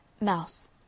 Mouse